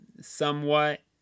somewhat